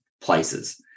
places